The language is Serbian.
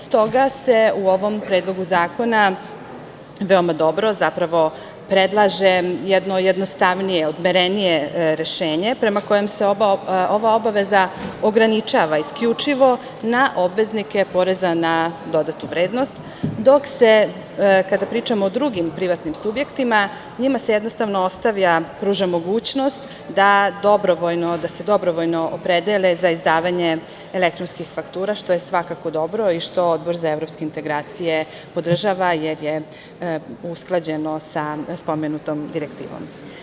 Stoga se u ovom Predlogu zakona veoma dobro zapravo predlaže jedno jednostavnije, odmerenije rešenje, prema kojem se ova obaveza ograničava isključivo na obveznike poreza na dodatu vrednost, dok se, kada pričamo o drugim privatnim subjektima, njima jednostavno ostavlja, pruža mogućnost da se dobrovoljno opredele za izdavanje elektronskih faktura, što je svakako dobro i što Odbor za evropske integracije podržava jer je usklađeno sa spomenutom direktivom.